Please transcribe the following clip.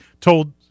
told